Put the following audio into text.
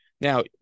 Now